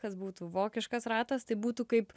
kas būtų vokiškas ratas tai būtų kaip